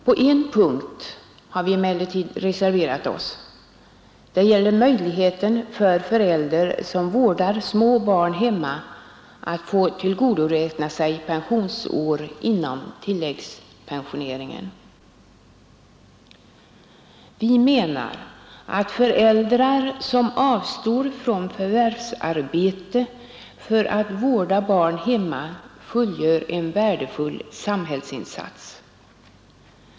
På en punkt har vi emellertid reserverat oss, nämligen beträffande möjligheten för förälder som vårdar små barn hemma att få tillgodoräkna sig pensionsår inom tilläggspensioneringen. Vi menar att föräldrar som avstår från förvärvsarbete för att vårda barn hemma fullgör en värdefull samhällsinsats.